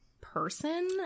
person